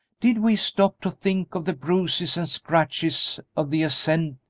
did we stop to think of the bruises and scratches of the ascent,